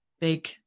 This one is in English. big